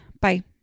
Bye